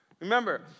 Remember